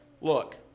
look